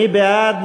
מי בעד?